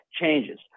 changes